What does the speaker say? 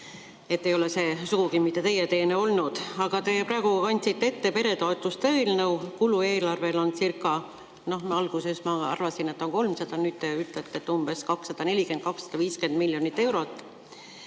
et ei ole see sugugi mitte teie teene olnud. Aga te praegu kandsite ette peretoetuste eelnõu. Kulu eelarvele on, alguses ma arvasin, et on 300, nüüd te ütlete, et umbes 240–250 miljonit eurot.